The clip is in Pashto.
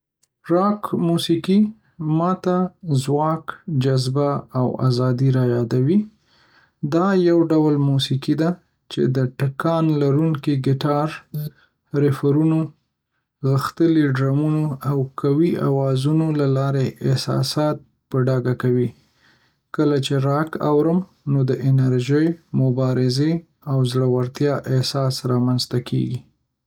راک موسیقي ما ته ځواک، جذبه، او ازادۍ رايادوي. دا یو ډول موسیقي ده چې د ټکان لرونکي ګیټار رېفونو، غښتلي ډرمونو، او قوي آوازونو له لارې احساسات په ډاګه کوي. کله چې راک واورم، نو د انرژۍ، مبارزې، او زړورتیا احساس رامنځته کېږي.